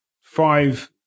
five